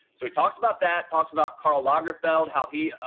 so, he talks about that, talks about karl lagerfeld, how he,